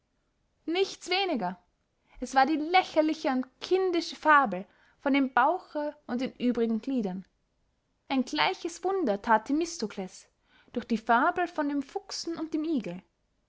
nichts weniger es war die lächerliche und kindische fabel von dem bauche und den übrigen gliedern ein gleiches wunder that themistokles durch die fabel von dem fuchsen und dem igel